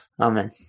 Amen